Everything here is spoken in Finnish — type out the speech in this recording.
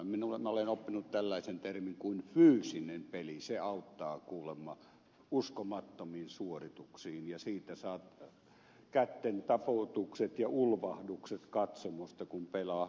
minä olen oppinut tällaisen termin kuin fyysinen peli se auttaa kuulemma uskomattomiin suorituksiin ja siitä saa kättentaputukset ja ulvahdukset katsomosta kun pelaa fyysistä peliä